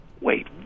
Wait